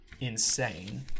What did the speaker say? insane